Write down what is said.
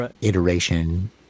iteration